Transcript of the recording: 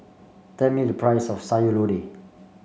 tell me the price of Sayur Lodeh